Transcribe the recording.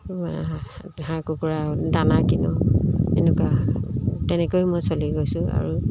মানে হাঁহ কুকুৰাৰ দানা কিনো এনেকুৱা তেনেকৈ মই চলি গৈছোঁ আৰু